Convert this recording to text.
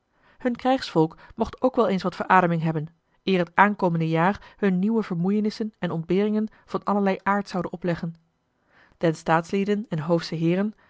hun krijgsvolk mocht ook wel eens wat verademing hebben eer het aankomende jaar hun nieuwe vermoeienissen en ontberingen van allerlei aard zoude opleggen den staatslieden en hoofschen heeren